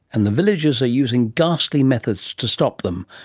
and the villagers are using ghastly methods to stop them.